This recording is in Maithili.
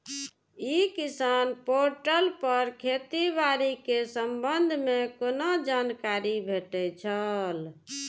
ई किसान पोर्टल पर खेती बाड़ी के संबंध में कोना जानकारी भेटय छल?